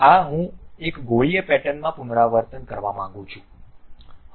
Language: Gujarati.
આ હું એક ગોળીય પેટર્ન માં પુનરાવર્તન કરવા માંગું છું